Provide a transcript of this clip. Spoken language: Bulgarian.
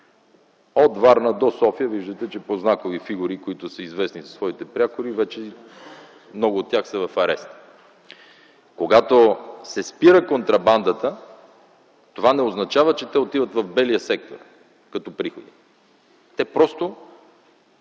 От Варна до София виждате, че по знаковите фигури, които са известни със своите прякори, вече много от тях са в ареста. Когато се спира контрабандата, това не означава, че те отиват в белия сектор като приходи. Те просто ...